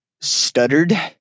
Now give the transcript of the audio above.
stuttered